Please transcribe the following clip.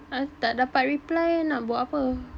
uh tak dapat reply nak buat ape